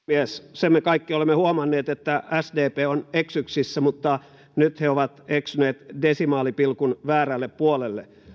sen me kaikki olemme huomanneet että sdp on eksyksissä mutta nyt he ovat eksyneet desimaalipilkun väärälle puolelle